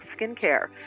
Skincare